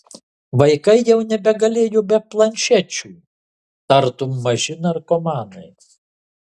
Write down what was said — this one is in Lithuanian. vaikai jau nebegalėjo be planšečių tartum maži narkomanai